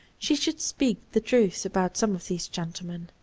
she should speak the truth about some of these gentlemen.